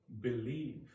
believe